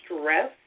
stress